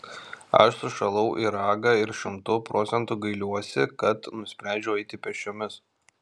aš sušalau į ragą ir šimtu procentų gailiuosi kad nusprendžiau eiti pėsčiomis